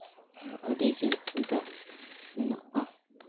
ᱟᱹᱰᱤᱜᱮ ᱥᱩᱵᱤᱫᱷᱟ ᱢᱮᱱᱟᱜᱼᱟ